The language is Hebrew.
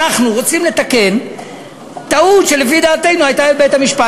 אנחנו רוצים לתקן טעות שלפי דעתנו הייתה לבית-המשפט.